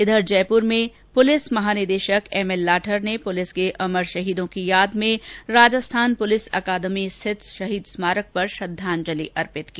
इधर राजधानी जयपूर में पुलिस महानिदेशक एम एल लाठर ने पुलिस के अमर शहीदों की याद में राजस्थान पुलिस अकादमी स्थित शहीद स्मारक पर श्रद्वांजलि अर्पित की